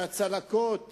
שהצלקות